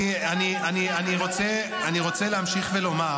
בינתיים שום דבר --- אני רוצה להמשיך ולומר